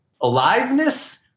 aliveness